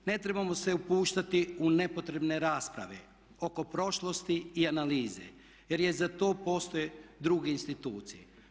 Ne trebamo se upuštati u nepotrebne rasprave oko prošlosti i analize jer i za to postoje druge institucije.